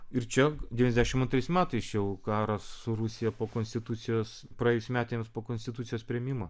ir čia devyniasdešimt antrais metais jau karas su rusija po konstitucijos praėjus metams po konstitucijos priėmimo